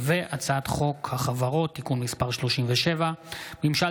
הצעת חוק החברות (תיקון מס' 37) (ממשל